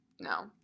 no